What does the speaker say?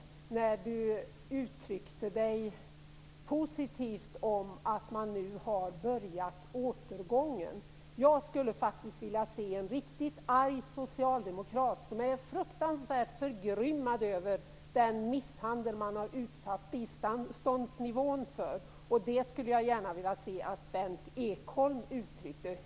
Men Berndt Ekholm uttryckte sig positivt om att man nu har påbörjat återgången. Jag skulle vilja se en riktigt arg socialdemokrat som är fruktansvärt förgrymmad över den misshandel som man har utsatt biståndsnivån för. Jag skulle gärna se att Berndt Ekholm uttryckte detta.